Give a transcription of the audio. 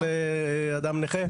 של אדם נכה.